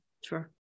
Sure